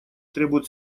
требуют